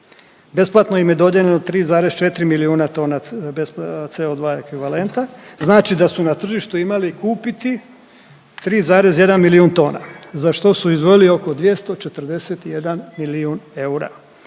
Besplatno im je dodijeljeno 3,4 milijuna tona bespl… CO2 ekvivalenta. Znači da su na tržištu imali kupiti 3,1 milijun tona za što su izdvojili oko 241 milijun eura